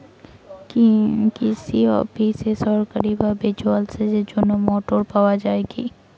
কৃষি অফিসে সরকারিভাবে জল সেচের জন্য মোটর পাওয়া যায় কি?